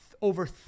over